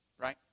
Right